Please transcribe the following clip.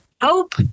help